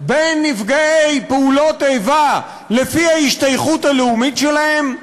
בין נפגעי פעולות איבה לפי ההשתייכות הלאומית שלהם?